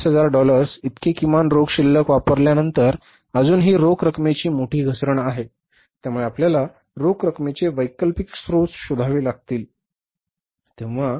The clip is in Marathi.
25000 डॉलर्स इतके किमान रोख शिल्लक वापरल्यानंतर अजूनही रोख रकमेची मोठी घसरण आहे त्यामुळे आपल्याला रोख रकमेचे वैकल्पिक स्त्रोत शोधावे लागतील